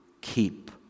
keep